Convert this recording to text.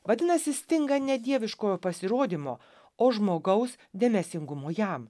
vadinasi stinga ne dieviškojo pasirodymo o žmogaus dėmesingumo jam